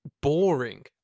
boring